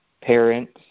parents